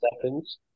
seconds